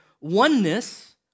oneness